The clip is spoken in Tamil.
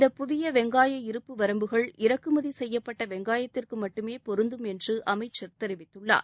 இந்த புதிய வெங்காய இருப்பு வரம்புகள் இறக்குமதி செய்யப்பட்ட வெங்காயத்திற்கு மட்டுமே பொருந்தும் என்று அமைச்சர் தெரிவித்துள்ளார்